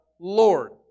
Lord